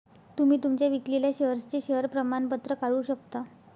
तुम्ही तुमच्या विकलेल्या शेअर्सचे शेअर प्रमाणपत्र काढू शकता